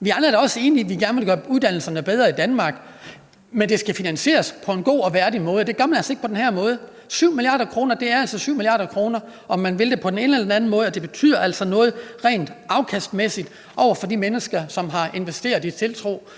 Vi andre er da enige i, at vi gerne vil gøre uddannelserne bedre i Danmark, men det skal finansieres på en god og værdig måde. Og man gør det altså ikke på den her måde. 7 mia. kr. er altså 7 mia. kr., om man finder dem på den ene eller den anden måde. Og det betyder altså noget rent afkastmæssigt for de mennesker, som har investeret i tiltro